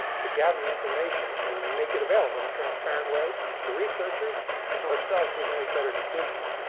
to gather the information and make it available in a transparent way to researchers and to ourselves, we can make better decisions.